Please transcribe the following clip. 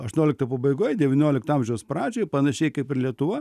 aštuoniolikto pabaigoj devyniolikto amžiaus pradžioj panašiai kaip ir lietuva